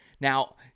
Now